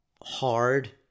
hard